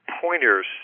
pointers